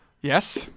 Yes